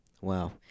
Wow